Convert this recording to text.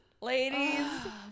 ladies